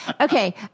Okay